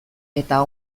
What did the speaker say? eta